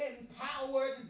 empowered